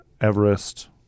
Everest